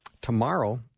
tomorrow –